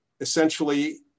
essentially